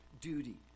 duty